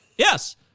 Yes